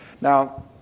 Now